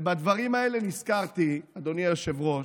ובדברים האלה נזכרתי, אדוני היושב-ראש,